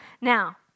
Now